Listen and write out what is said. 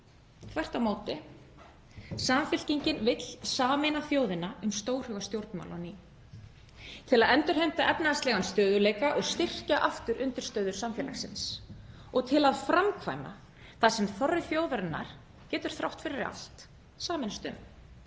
Þvert á móti: Samfylkingin vill sameina þjóðina um stórhuga stjórnmál á ný til að endurheimta efnahagslegan stöðugleika og styrkja aftur undirstöður samfélagsins. Og til að framkvæma það sem þorri þjóðarinnar getur þrátt fyrir allt sameinast um,